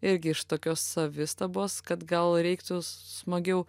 irgi iš tokios savistabos kad gal reiktų smagiau